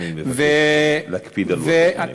אני מבקש להקפיד על לוחות זמנים.